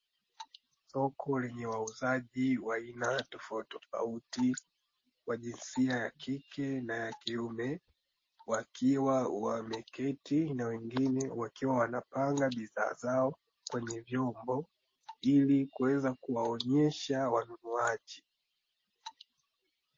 Soko lenye wauzaji wa aina tofautitofauti wa jinsia ya kike na ya kiume wakiwa wameketi na wengine wakiwa wanapanga bidhaa zao kwenye vyombo ili kuweza kuwaonyesha wanunuaji.